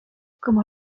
como